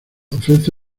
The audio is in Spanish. ofrece